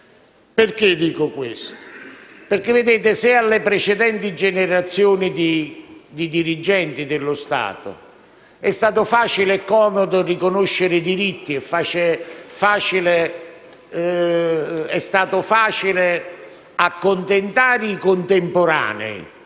Stato? Dico questo perché, se alle precedenti generazioni di dirigenti dello Stato è stato facile e comodo riconoscere diritti e accontentare i contemporanei